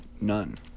none